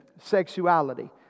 sexuality